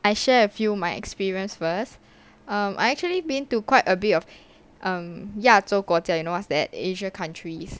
I share a few my experience first um I actually been to quite a bit of um 亚洲国家 you know what's that asia countries